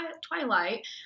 twilight